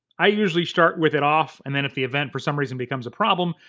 i usually start with it off, and then if the event for some reason becomes a problem,